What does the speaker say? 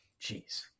Jeez